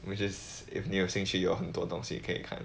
which is if 你有兴趣有很多东西可以看